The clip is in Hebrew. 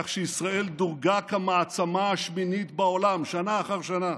כך שישראל דורגה כמעצמה השמינית בעולם שנה אחר שנה.